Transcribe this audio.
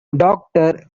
doctor